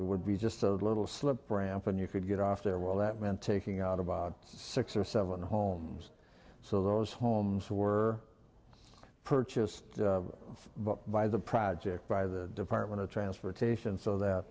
would be just a little slip ramp and you could get off there well that meant taking out about six or seven homes so those homes were purchased by the project by the department of transportation so that